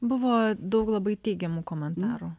buvo daug labai teigiamų komentarų